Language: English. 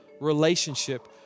relationship